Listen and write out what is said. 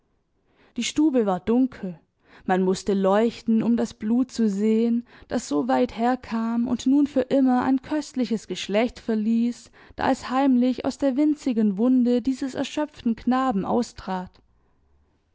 die stube war dunkel man mußte leuchten um das blut zu sehen das so weit herkam und nun für immer ein köstliches geschlecht verließ da es heimlich aus der winzigen wunde dieses erschöpften knaben austrat